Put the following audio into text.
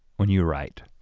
when you write.